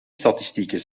statistieken